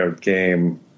game